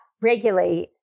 regulate